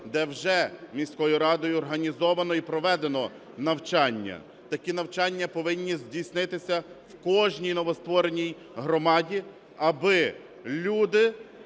де вже міською радою організовано і проведено навчання. Такі навчання повинні здійснитися в кожній новоствореній громаді, аби люди,